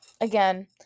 again